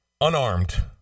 unarmed